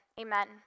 Amen